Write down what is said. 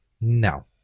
No